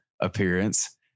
appearance